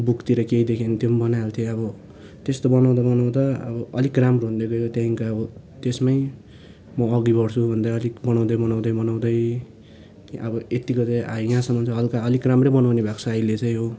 बुकतिर केही देख्यो भने त्यो पनि बनाइहाल्थेँ अब त्यस्तो बनाउँदा बनाउँदा अब अलिक राम्रो हुँदै गयो त्यहाँदेखिको अब त्यसमै म अघि बढ्छु भन्दै अलिक बनाउँदै बनाउँदै बनाउँदै अब यतिको चाहिँ यहाँसम्म चाहिँ हल्का अलिक राम्रै बनाउने भएको छु अहिले चाहिँ हो